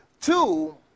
Two